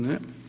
Ne.